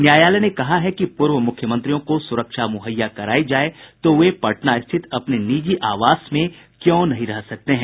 न्यायालय ने कहा है कि पूर्व मुख्यमंत्रियों को सुरक्षा मुहैया करायी जाय तो वे पटना स्थित अपने निजी आवास में क्यों नहीं रह सकते हैं